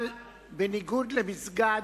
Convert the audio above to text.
אבל בניגוד למסגד,